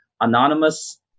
anonymous